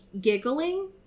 giggling